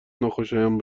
ناخوشایند